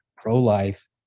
pro-life